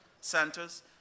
centers